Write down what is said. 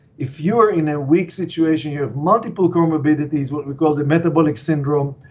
if you are in a weak situation, you have multiple comorbidities, what we call the metabolic syndrome.